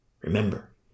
Remember